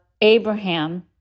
Abraham